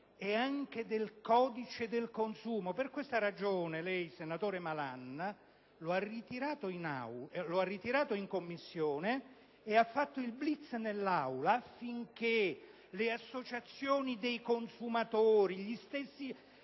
e anche del codice del consumo. Lei, senatore Malan, lo ha ritirato in Commissione e ha fatto il *blitz* nell'Aula affinché le associazioni dei consumatori e gli stessi